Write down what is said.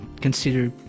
consider